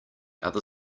other